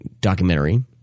documentary